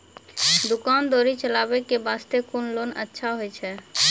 दुकान दौरी चलाबे के बास्ते कुन लोन अच्छा होय छै?